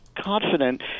confident